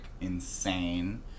insane